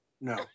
No